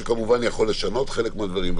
שכמובן יכול לשנות חלק מהדברים,